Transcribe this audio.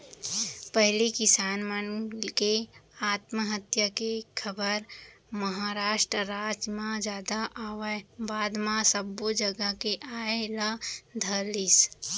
पहिली किसान मन के आत्महत्या के खबर महारास्ट राज म जादा आवय बाद म सब्बो जघा के आय ल धरलिस